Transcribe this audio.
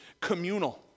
communal